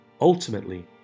Ultimately